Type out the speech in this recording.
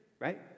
right